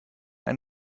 ein